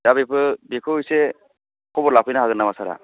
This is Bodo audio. दा बेफोर बेखौ एसे खबर लाफैनो हागोन नामा सारआ